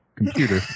computer